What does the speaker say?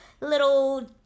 little